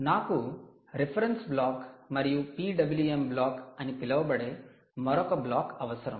నాకు reference block మరియు 'PWM block' అని పిలువబడే మరొక బ్లాక్ అవసరం